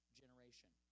generation